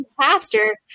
pastor